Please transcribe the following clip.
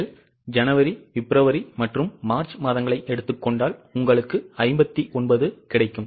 நீங்கள் ஜனவரி பிப்ரவரி மற்றும் மார்ச் மாதங்களை எடுத்துக் கொண்டால் உங்களுக்கு 59 கிடைக்கும்